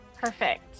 Perfect